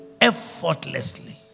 effortlessly